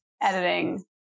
Editing